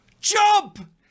Jump